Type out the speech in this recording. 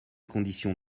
conditions